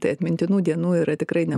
tai atmintinų dienų yra tikrai ne